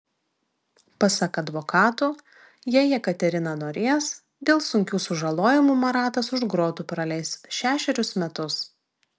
pasak advokatų jei jekaterina norės dėl sunkių sužalojimų maratas už grotų praleis šešerius metus